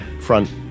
front